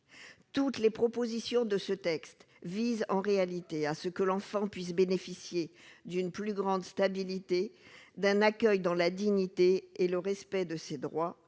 toutes les propositions de ce texte vise en réalité à ce que l'enfant puisse bénéficier d'une plus grande stabilité d'un accueil dans la dignité et le respect de ses droits,